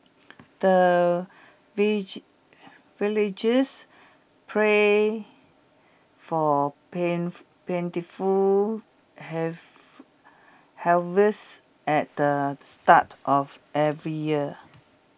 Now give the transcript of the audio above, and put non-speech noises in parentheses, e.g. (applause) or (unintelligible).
the (unintelligible) villagers pray for pen (unintelligible) plentiful have harvest at the start of every year